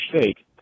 Shake